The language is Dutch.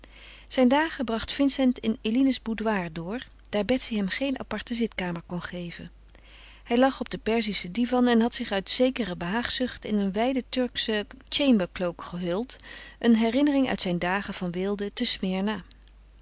zijn dagen bracht vincent in eline's boudoir door daar betsy hem geen aparte zitkamer kon geven hij lag er op den perzischen divan en had zich uit zekere behaagzucht in een wijden turkschen chambercloak gehuld een herinnering uit zijn dagen van weelde te